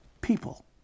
people